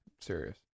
serious